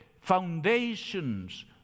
foundations